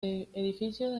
edificios